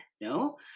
No